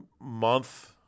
month